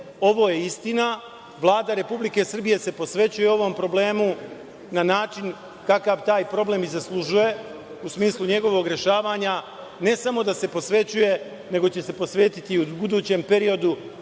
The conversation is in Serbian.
ovo je istina. Vlada Republike Srbije se posvećuje ovom problemu na način kakav taj problem i zaslužuje u smislu njegovog rešavanja, ne samo da se posvećuje, nego će se posvetiti i u budućem periodu,